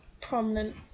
prominent